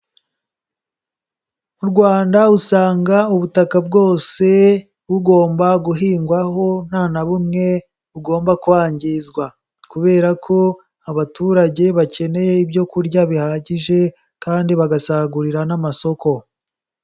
U Rwanda usanga ubutaka bwose bugomba guhingwaho nta na bumwe bugomba kwangizwa, kubera ko abaturage bakeneye ibyo kurya bihagije, kandi bagasagurira n'amasoko.